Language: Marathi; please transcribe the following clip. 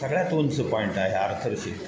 सगळ्यात उंच पॉईंट आहे आर्थर शीट